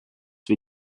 wir